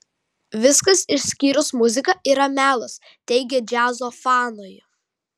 viskas išskyrus muziką yra melas teigia džiazo fanai